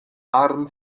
arm